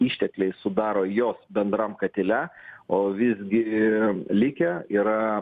ištekliai sudaro jos bendram katile o visgi likę yra